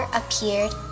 appeared